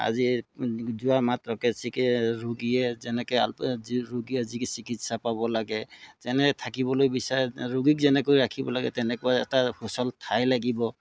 আজি যোৱা মাত্ৰকে চিকি ৰোগীয়ে যেনেকৈ আল পৈচান যি ৰোগীয়ে যি চিকিৎসা পাব লাগে যেনে থাকিবলৈ বিচাৰে ৰোগীক যেনেকৈ ৰাখিব লাগে তেনেকৈ এটা সুচল ঠাই লাগিব